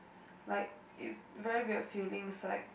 like you very weird feeling is like